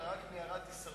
אלא רק מיראת הישרדות,